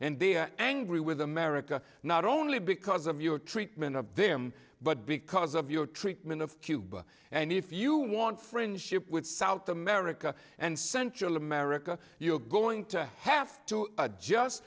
and angry with america not only because of your treatment of them but because of your treatment of cuba and if you want friendship with south america and central america you are going to have to adjust